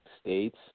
states